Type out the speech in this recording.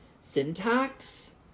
syntax